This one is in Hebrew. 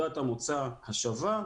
נקודת המוצא, השבה.